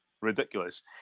ridiculous